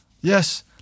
Yes